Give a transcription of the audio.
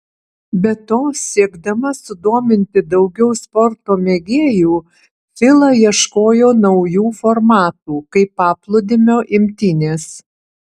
be to siekdama sudominti daugiau sporto mėgėjų fila ieškojo naujų formatų kaip paplūdimio imtynės